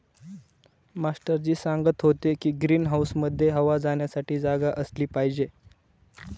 master ji सांगत होते की ग्रीन हाऊसमध्ये हवा जाण्यासाठी जागा असली पाहिजे